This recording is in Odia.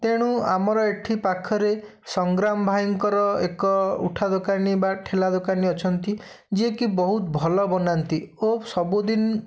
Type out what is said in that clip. ତେଣୁ ଆମର ଏଠି ପାଖରେ ସଂଗ୍ରାମ ଭାଇଙ୍କର ଏକ ଉଠା ଦୋକାନୀ ବା ଠେଲା ଦୋକାନୀ ଅଛନ୍ତି ଯିଏ କି ବହୁତ ଭଲ ବନାନ୍ତି ଓ ସବୁଦିନ